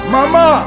Mama